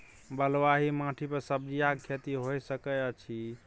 बलुआही माटी पर सब्जियां के खेती होय सकै अछि?